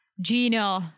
Gino